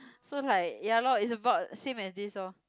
so like ya lor is about same as this lor